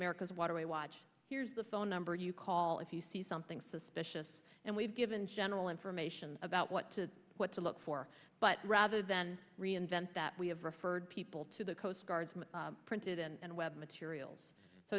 america's waterway watch here's the phone number you call if you see something suspicious and we've given general information about what to what to look for but rather than reinvent that we have referred people to the coastguardsman printed and web materials so